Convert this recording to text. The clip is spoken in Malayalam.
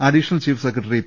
additional chief secretary P